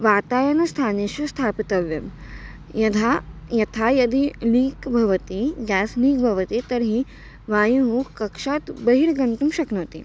वातायनस्थानेषु स्थापितव्यं यथा यथा यदि लीक् भवति ग्यास् लीक् भवति तर्हि वायुः कक्षात् बहिर्गन्तुं शक्नोति